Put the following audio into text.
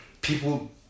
people